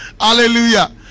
Hallelujah